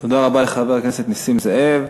תודה רבה לחבר הכנסת נסים זאב.